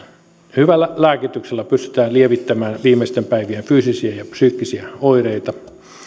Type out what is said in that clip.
hyvällä lääkityksellä pystytään lievittämään viimeisten päivien fyysisiä ja psyykkisiä oireita